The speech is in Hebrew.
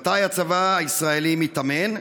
מתי הצבא הישראלי מתאמן?